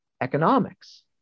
economics